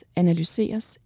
analyseres